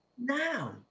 now